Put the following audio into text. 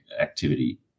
activity